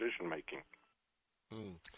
decision-making